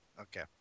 Okay